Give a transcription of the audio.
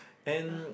and